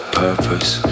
purpose